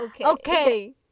Okay